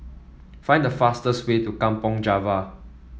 find the fastest way to Kampong Java